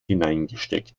hineingesteckt